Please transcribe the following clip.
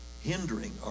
Hindering